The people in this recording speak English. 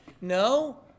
No